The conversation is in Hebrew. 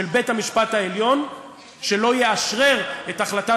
של בית-המשפט העליון שלא יאשרר את החלטת